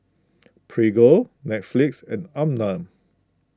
Prego Netflix and Anmum